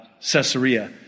Caesarea